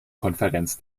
konferenz